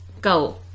go